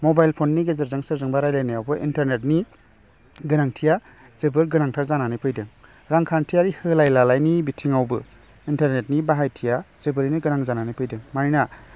mobile फननि गेजेरजों सोरजोंबा रायलायनायावबो इन्टारनेटनि गोनांथिया जोबोर गोनां जानानै फैदों मानोना